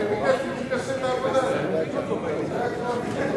אדוני היושב-ראש, כבוד השרים,